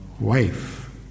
wife